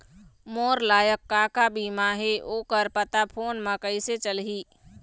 मोर लायक का का बीमा ही ओ कर पता फ़ोन म कइसे चलही?